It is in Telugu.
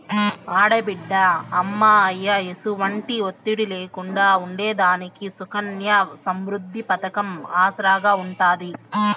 ఆడబిడ్డ అమ్మా, అయ్య ఎసుమంటి ఒత్తిడి లేకుండా ఉండేదానికి సుకన్య సమృద్ది పతకం ఆసరాగా ఉంటాది